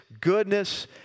goodness